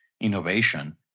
innovation